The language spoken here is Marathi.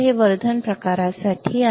हे वर्धन प्रकारासाठी आहे